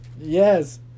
Yes